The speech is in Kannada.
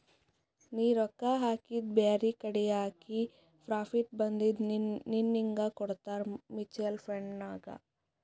ನೀ ರೊಕ್ಕಾ ಹಾಕಿದು ಬೇರೆಕಡಿ ಹಾಕಿ ಪ್ರಾಫಿಟ್ ಬಂದಿದು ನಿನ್ನುಗ್ ಕೊಡ್ತಾರ ಮೂಚುವಲ್ ಫಂಡ್ ನಾಗ್